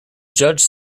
judge